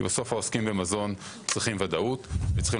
כי בסוף העוסקים במזון צריכים ודאות וצריכים